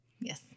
Yes